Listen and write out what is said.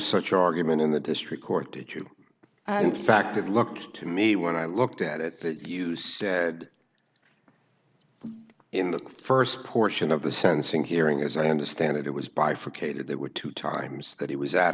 such argument in the district court that you and fact it looked to me when i looked at it that you said in the st portion of the sentencing hearing as i understand it it was bifurcated there were two times that he was at